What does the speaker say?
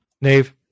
Nave